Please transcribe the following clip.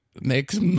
makes